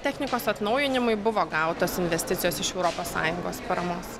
technikos atnaujinimui buvo gautos investicijos iš europos sąjungos paramos